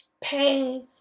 pain